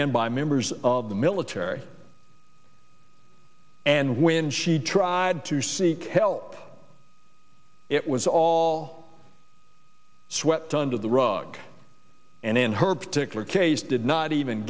and by members of the mill terry and when she tried to seek help it was all swept under the rug and in her particular case did not even